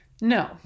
No